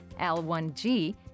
L1G